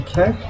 Okay